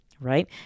right